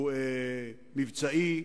הוא מבצעי,